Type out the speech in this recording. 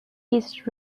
his